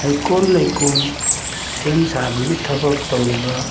ꯍꯩꯀꯣꯜ ꯂꯩꯀꯣꯜ ꯁꯦꯝ ꯁꯥꯕꯒꯤ ꯊꯕꯛ ꯇꯧꯔꯤꯕ